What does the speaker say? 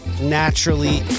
naturally